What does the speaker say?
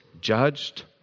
judged